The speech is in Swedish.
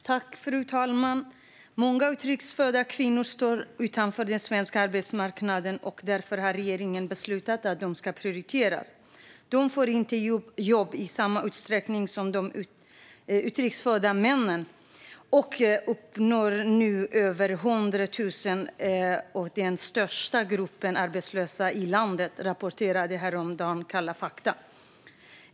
Fru talman! Många utrikes födda kvinnor står utanför den svenska arbetsmarknaden, och därför har regeringen beslutat att de ska prioriteras. De får inte jobb i samma utsträckning som de utrikes födda männen. De uppgår nu till över 100 000. Det är den största gruppen arbetslösa i landet, rapporterade häromdagen Kalla Fakta .